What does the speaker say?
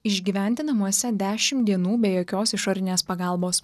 išgyventi namuose dešim dienų be jokios išorinės pagalbos